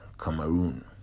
Cameroon